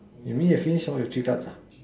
you mean you have finish all your three cards ah